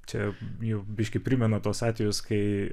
čia jau biškį primena tuos atvejus kai